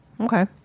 okay